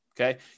okay